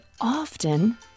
often